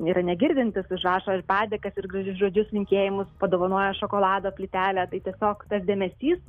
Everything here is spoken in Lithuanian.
yra negirdintis užrašo ir padėkas ir gražius žodžius linkėjimus padovanoja šokolado plytelę tai tiesiog tas dėmesys